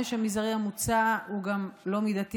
העונש המזערי המוצע הוא גם לא מידתי